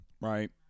Right